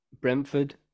Brentford